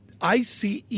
ICE